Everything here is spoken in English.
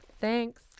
thanks